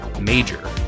major